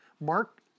Mark